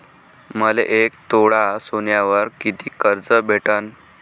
मले एक तोळा सोन्यावर कितीक कर्ज भेटन?